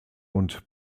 und